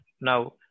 Now